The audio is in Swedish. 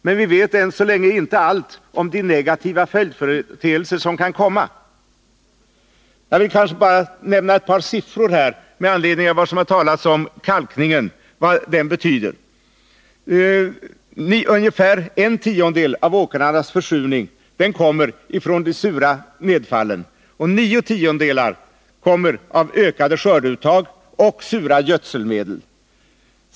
Men vi vet än så länge inte allt om de negativa följdföreteelser som kan komma därav. Jag vill lämna några siffror med anledning av den diskussion som här förekommit om kalkningens betydelse. Bara ungefär en tiondedel av åkrarnas försurning kommer ifrån de sura nedfallen. Nio tiondedelar förorsakas av ökat skördeuttag och sura gödselmedel.